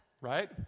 right